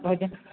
वदन्